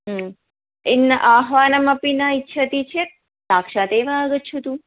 in आह्वानमपि न इच्छति चेत् साक्षात् एव आगच्छतु